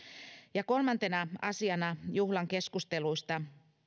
ja kolmantena asiana juhlan keskusteluista